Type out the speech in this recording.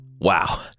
Wow